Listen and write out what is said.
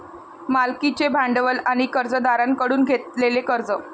मालकीचे भांडवल आणि कर्जदारांकडून घेतलेले कर्ज